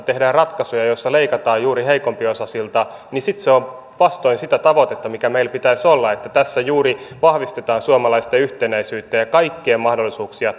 tehdään ratkaisuja joissa leikataan juuri heikompiosaisilta niin sitten se on vastoin sitä tavoitetta mikä meillä pitäisi olla että tässä juuri vahvistetaan suomalaisten yhtenäisyyttä ja kaikkien mahdollisuuksia